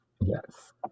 Yes